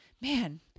Man